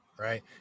Right